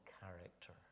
character